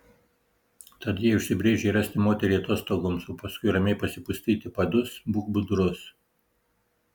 tad jei užsibrėžei rasti moterį atostogoms o paskui ramiai pasipustyti padus būk budrus